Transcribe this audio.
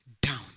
down